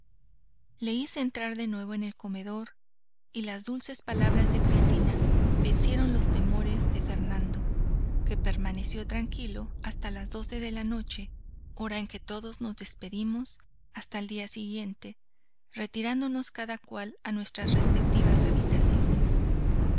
le hice entrar de nuevo en el comedor y las dulces palabras de cristina vencieron los temores de fernando que permaneció tranquilo hasta las doce de la noche hora en que todos nos despedimos hasta el día siguiente retirándonos cada cual a nuestras respectivas habitaciones